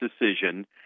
decision